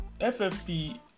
FFP